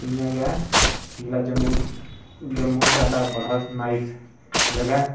इयां गै जिसलै जम्मू साढ़ा बड्डा नाइस जगह ऐ